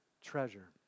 treasure